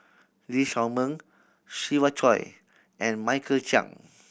Lee Shao Meng Siva Choy and Michael Chiang